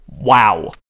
Wow